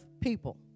people